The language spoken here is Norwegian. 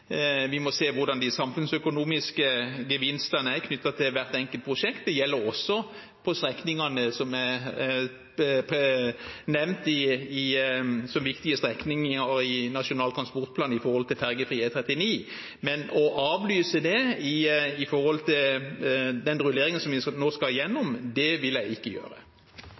Vi må se hvordan de samfunnsøkonomiske gevinstene er knyttet til hvert enkelt prosjekt. Det gjelder også strekningene som er nevnt som viktige strekninger i Nasjonal transportplan når det gjelder fergefri E39. Men å avlyse det i forbindelse med rulleringen vi nå skal igjennom, vil jeg ikke gjøre.